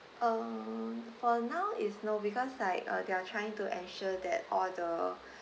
uh for now is no because like uh they're trying to ensure that all the